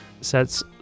sets